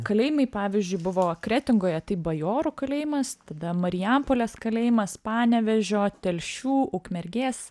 kalėjimai pavyzdžiui buvo kretingoje tai bajorų kalėjimas tada marijampolės kalėjimas panevėžio telšių ukmergės